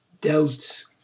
doubts